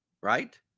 Right